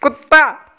ਕੁੱਤਾ